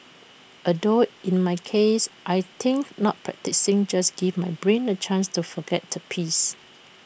although in my case I think not practising just gives my brain A chance to forget the piece